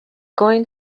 going